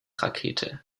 rakete